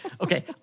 Okay